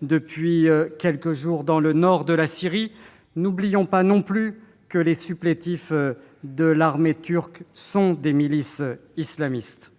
depuis quelques jours dans le nord de la Syrie ; n'oublions pas non plus que les supplétifs de l'armée turque sont des milices islamistes.